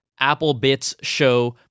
applebitsshow